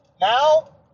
Now